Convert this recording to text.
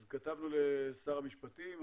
אז כתבנו לשר המשפטים,